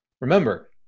Remember